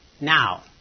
now